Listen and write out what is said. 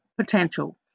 potential